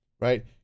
right